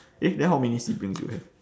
eh then how many siblings you have